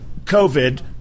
covid